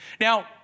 Now